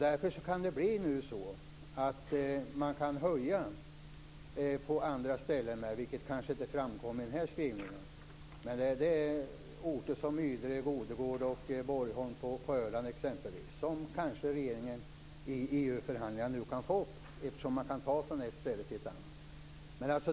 Därför kan det nu bli så att man kan höja på andra ställen, vilket kanske inte framkom i den här skrivningen. Det är orter som Ydre, Godegård och Borgholm på Öland exempelvis som kanske regeringen nu i EU-förhandlingar kan få upp, eftersom man kan ta från ett ställe till ett annat.